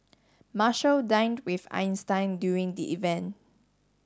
Marshall dined with Einstein during the event